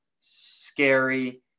scary